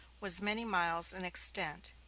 was many miles in extent,